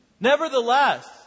Nevertheless